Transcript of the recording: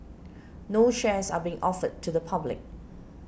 no shares are being offered to the public